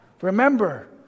remember